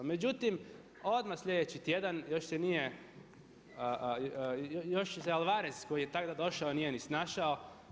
Međutim, odmah sljedeći tjedan, još se nije, još se i Alvarez, koji je tada došao nije ni snašao.